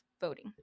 voting